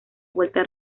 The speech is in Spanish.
vuelta